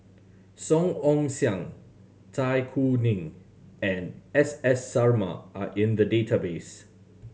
Song Ong Siang Zai Kuning and S S Sarma are in the database